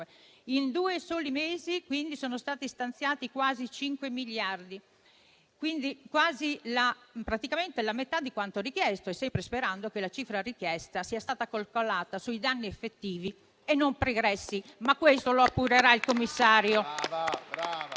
In due soli mesi sono quindi stati stanziati quasi cinque miliardi, praticamente la metà di quanto richiesto e sempre sperando che la cifra richiesta sia stata calcolata sui danni effettivi e non pregressi, ma questo lo appurerà il commissario.